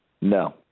No